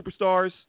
superstars